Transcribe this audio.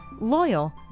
loyal